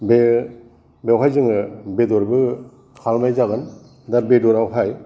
बे बेयावहाय जोङो बेदरबो खालामनाय जागोन दा बेदरावहाय